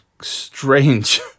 strange